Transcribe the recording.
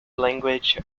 language